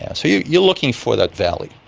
yeah so yeah you're looking for that valley.